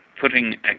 putting